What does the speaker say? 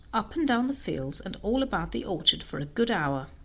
up and down the fields and all about the orchard, for a good hour.